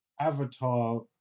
Avatar